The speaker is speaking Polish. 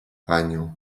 aniu